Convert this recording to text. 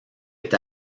est